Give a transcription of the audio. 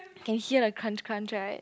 can hear the crunch crunch right